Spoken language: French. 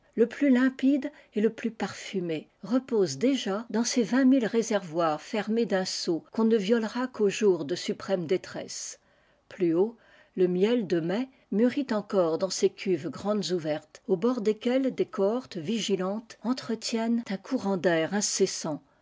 le plus limpide et le plus parfumé ose déjà dans ses vingt mille réservoirs i mes d'un sceau qu'on ne violera qu'aux j irs de suprême détresse plus haut le miel de mai mûrit encore dans ses cuves grandes ouvertes au bord desquelles des cohortes vigilantes entretiennent un courant d'air incessant